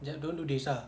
don't do this ah